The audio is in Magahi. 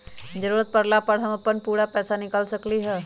जरूरत परला पर हम अपन पूरा पैसा निकाल सकली ह का?